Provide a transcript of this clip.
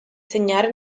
segnare